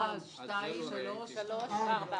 הצבעה בעד הרביזיה על סעיף 28 4 נגד,